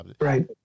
right